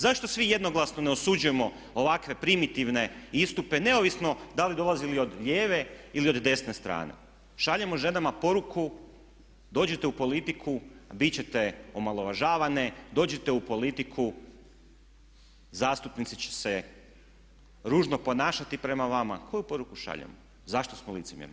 Zašto svi jednoglasno ne osuđujemo ovakve primitivne istupe neovisno da li dolazili od lijeve ili od desne strane, šaljemo ženama poruku dođite u politiku, bit ćete omalovažavane, dođite u politiku zastupnici će se ružno ponašati prema vama, koju poruku šaljemo, zašto smo licemjerni?